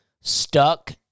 stuck